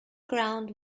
ground